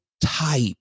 type